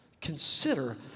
consider